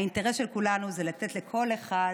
האינטרס של כולנו זה לתת לכל אחד